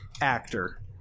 actor